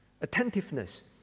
Attentiveness